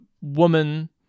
woman